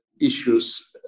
issues